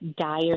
dire